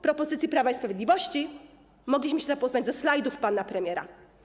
Propozycje Prawa i Sprawiedliwości mogliśmy poznać ze slajdów pana premiera.